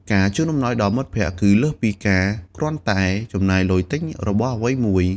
ការជូនអំណោយដល់មិត្តភក្តិ គឺលើសពីការគ្រាន់តែចំណាយលុយទិញរបស់អ្វីមួយ។